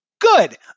Good